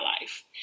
life